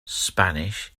spanish